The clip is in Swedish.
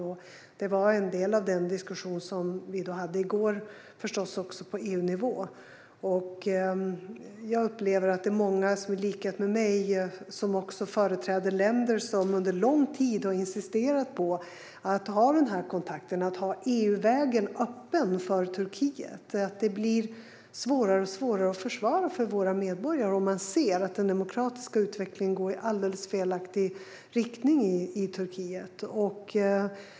Det var förstås en del av den diskussion som vi hade i går på EU-nivå. Jag upplever att det är många som i likhet med mig företräder länder som under lång tid har insisterat på att ha EU-vägen öppen för Turkiet. Det blir svårare och svårare att försvara detta för våra medborgare om man ser att den demokratiska utvecklingen går i alldeles fel riktning i Turkiet.